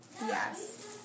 yes